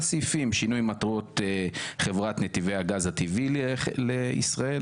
סעיפים: שינוי מטרות חברת נתיבי הגז הטבעי לישראל,